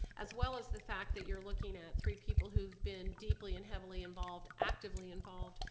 as well as the fact that you're looking at three people who've been deeply and heavily involved, actively involved,